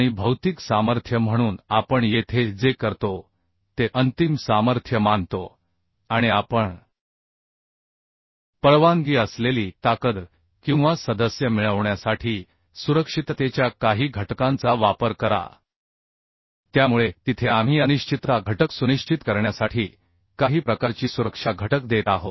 आणि भौतिक सामर्थ्य म्हणून आपण येथे जे करतो ते अंतिम सामर्थ्य मानतो आणि आपण परवानगी असलेली ताकद किंवा सदस्य मिळवण्यासाठी सुरक्षिततेच्या काही घटकांचा वापर करा त्यामुळे तिथे आम्ही अनिश्चितता घटक सुनिश्चित करण्यासाठी काही प्रकारची सुरक्षा घटक देत आहोत